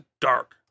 dark